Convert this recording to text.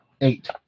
eight